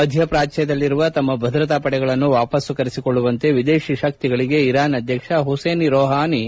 ಮಧ್ಯ ಪ್ರಾಚ್ಗದಲ್ಲಿರುವ ತಮ್ಮ ಭದ್ರತಾಪಡೆಗಳನ್ನು ವಾಪಸ್ಸು ಕೆರೆಸಿಕೊಳ್ಳುವಂತೆ ವಿದೇಶಿ ಶಕ್ತಿಗಳಿಗೆ ಇರಾನ್ ಅಧ್ಯಕ್ಷ ಹುಸೇನ್ ರೋಹಾನಿ ಕೆ